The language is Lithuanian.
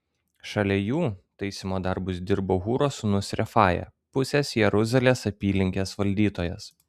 šalia jų taisymo darbus dirbo hūro sūnus refaja pusės jeruzalės apylinkės valdytojas